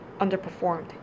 underperformed